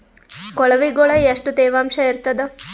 ಕೊಳವಿಗೊಳ ಎಷ್ಟು ತೇವಾಂಶ ಇರ್ತಾದ?